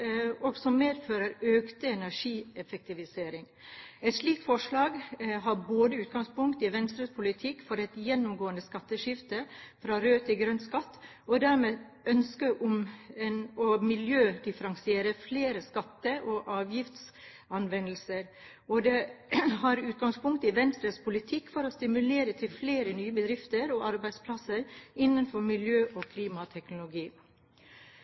og som medfører økt energieffektivisering. Et slikt forslag har utgangspunkt i Venstres politikk for et gjennomgående skatteskifte fra rød til grønn skatt, og er dermed et ønske om å miljødifferensiere flere skatte- og avgiftsanvendelser, og det har utgangspunkt i Venstres politikk for å stimulere til flere nye bedrifter og arbeidsplasser innenfor miljø- og klimateknologi.